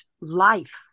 life